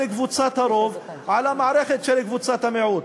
קבוצת הרוב על המערכת של קבוצת המיעוט.